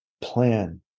plan